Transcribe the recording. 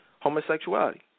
homosexuality